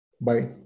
Bye